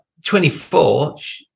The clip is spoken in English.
24